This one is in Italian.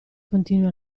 continui